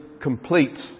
complete